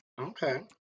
Okay